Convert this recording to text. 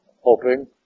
hoping